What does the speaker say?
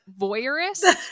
voyeurist